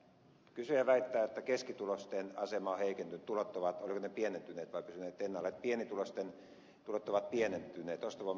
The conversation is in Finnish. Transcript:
kysyjä väittää että keskituloisten asema on heikentynyt tulot ovat olivatko ne pienentyneet vai pysyneet ennallaan että pienituloisten tulot ovat pienentyneet ostovoima pienentynyt